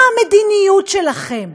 מה המדיניות שלכם?